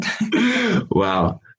Wow